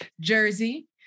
Jersey